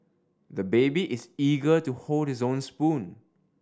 the baby is eager to hold his own spoon